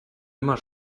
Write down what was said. immer